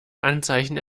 anzeichen